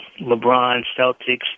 LeBron-Celtics